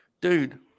Dude